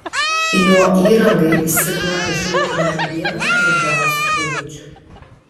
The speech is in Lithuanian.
jo įrangai sigma išrūpino vieną erdviausių kajučių